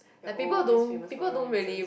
their always famous for the wrong reasons